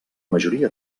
majoria